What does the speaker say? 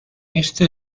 este